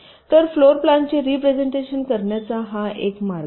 तर फ्लोरप्लान्सचे रिप्रेझेन्टेशन करण्याचा हा एक मार्ग आहे